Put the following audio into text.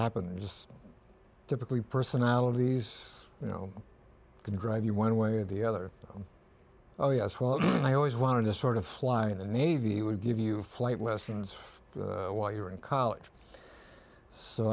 happened just typically personalities you know can drive you one way or the other oh yes well i always wanted to sort of fly in the navy would give you flight lessons while you were in college so